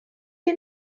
chi